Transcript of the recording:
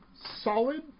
solid